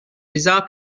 bizarre